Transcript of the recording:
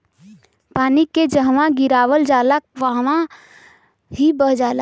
पानी के जहवा गिरावल जाला वहवॉ ही बह जाला